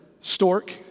stork